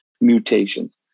mutations